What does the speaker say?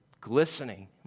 glistening